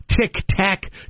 Tick-tack